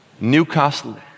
Newcastle